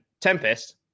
Tempest